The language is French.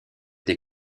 des